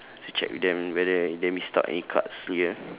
check with them whether they missed out any cards ya